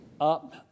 up